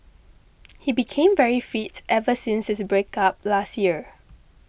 he became very fit ever since his breakup last year